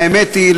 האמת היא,